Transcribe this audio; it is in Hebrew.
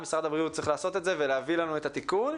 משרד הבריאות צריך לעשות את זה ולהביא לנו את התיקון.